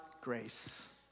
grace